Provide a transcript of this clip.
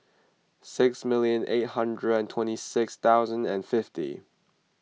six million eight hundred and twenty six thousand and fifty